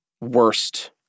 worst